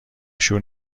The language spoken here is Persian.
شور